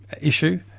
issue